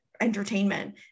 entertainment